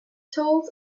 told